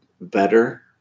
better